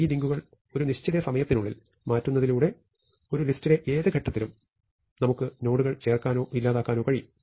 അതിനാൽ ഈ ലിങ്കുകൾ ഒരു നിശ്ചിത സമയത്തിനുള്ളിൽ മാറ്റുന്നതിലൂടെ ഒരു ലിസ്റ്റിലെ ഏത് ഘട്ടത്തിലും നമുക്ക് നോഡുകൾ ചേർക്കാനോ ഇല്ലാതാക്കാനോ കഴിയും